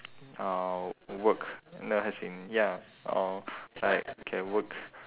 uh work no as in ya uh like can work